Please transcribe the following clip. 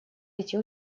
эти